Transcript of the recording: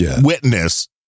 witness